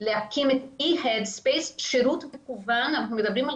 להקים שירות מקוון על